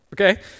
okay